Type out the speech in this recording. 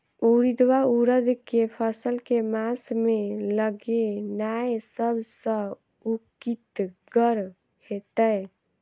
उड़ीद वा उड़द केँ फसल केँ मास मे लगेनाय सब सऽ उकीतगर हेतै?